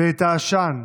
ואת העשן,